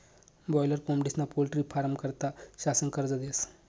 boiler कोंबडीस्ना poultry फारमं करता शासन कर्ज देस